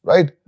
Right